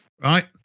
Right